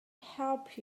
help